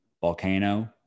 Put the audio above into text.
volcano